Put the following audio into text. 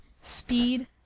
speed